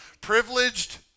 Privileged